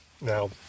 Now